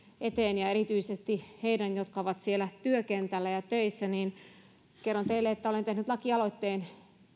eteen ja erityisesti heidän jotka ovat siellä työkentällä ja töissä kerron teille että olen tehnyt lakialoitteen